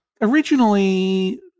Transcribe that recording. Originally